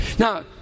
Now